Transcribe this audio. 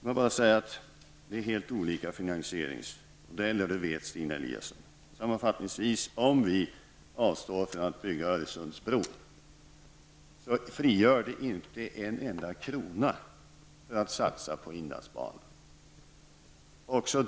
Det är fråga om helt olika finansieringsmodeller, och det vet Stina Eliasson. Om vi avstår från att bygga Öresundsbron frigörs inte en enda krona som skulle kunna satsas på inlandsbanan.